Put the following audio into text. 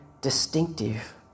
distinctive